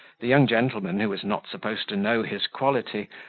the young gentleman, who was not supposed to know his quality,